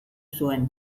zuen